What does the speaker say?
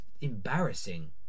embarrassing